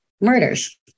murders